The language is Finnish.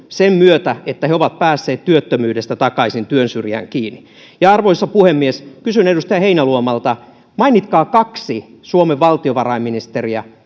sen myötä että he ovat päässeet työttömyydestä takaisin työn syrjään kiinni arvoisa puhemies pyydän edustaja heinäluomalta mainitkaa kaksi suomen valtiovarainministeriä